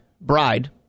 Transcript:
bride